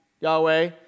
Yahweh